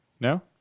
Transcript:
No